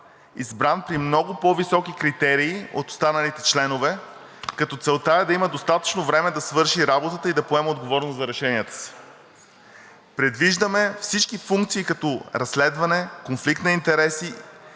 избран при много по високи критерии от останалите членове, като целта е да има достатъчно време да свърши работата и да поеме отговорност за решенията си. Предвиждаме всички функции, като разследване, конфликт на интереси